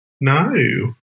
No